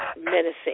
menacing